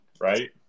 right